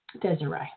Desiree